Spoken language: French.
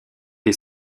des